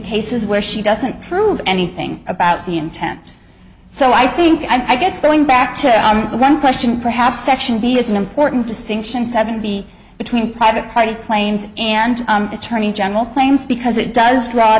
cases where she doesn't prove anything about the intent so i think i guess going back to one question perhaps section b is an important distinction seven b between private party claims and attorney general claims because it does draw